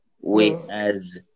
Whereas